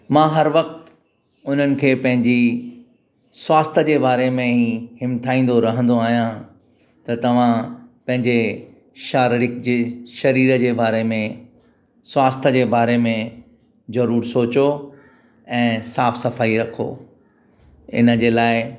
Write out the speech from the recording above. मां हर वक़्तु उन्हनिखे पंहिंजे स्वास्थ जे बारे में ई हिम्थाईंदो रहंदो आहियां त तव्हां पंहिंजे शारीरिक जी शरीर जे बारे में स्वास्थ जे बारे ज़रूरु सोचियो ऐं साफ़ु सफ़ाई रखो इनजे लाइ